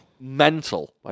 Mental